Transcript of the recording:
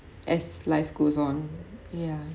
as life goes on ya